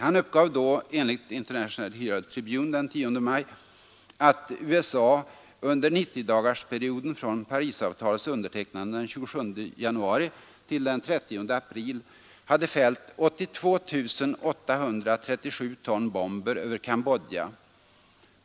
Han uppgav då, enligt International Herald Tribune den 10 maj, att USA under 90-dagarsperioden från Parisavtalets undertecknande den 27 januari till den 30 april hade fällt 82 837 ton bomber över Cambodja.